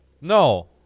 No